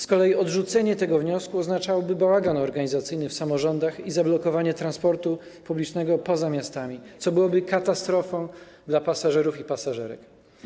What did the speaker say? Z kolei odrzucenie tego wniosku oznaczałoby bałagan organizacyjny w samorządach i zablokowanie transportu publicznego poza miastami, co byłoby katastrofą dla pasażerów i pasażerek.